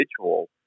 individual